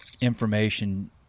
information